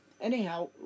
Anyhow